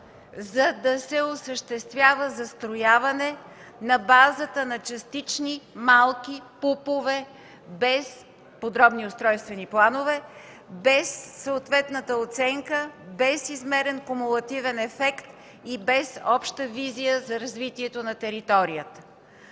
за да се осъществява застрояване на базата на частични, малки пупове, без подробни устройствени планове, без съответната оценка, без измерен кумулативен ефект и без обща визия за развитието на територията.